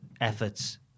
efforts